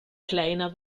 kleiner